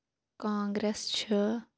Congress چھِ